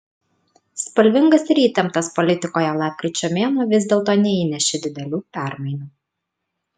spalvingas ir įtemptas politikoje lapkričio mėnuo vis dėlto neįnešė didelių permainų